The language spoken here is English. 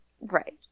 Right